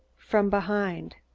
from behind.